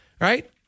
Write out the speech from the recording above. right